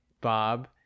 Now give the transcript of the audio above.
Bob